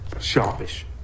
Sharpish